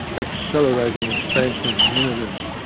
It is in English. accelerating expansion of the universe.